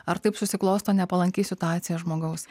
ar taip susiklosto nepalanki situacija žmogaus